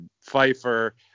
Pfeiffer